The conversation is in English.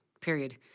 period